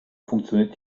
funktioniert